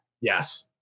Yes